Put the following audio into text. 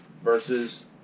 versus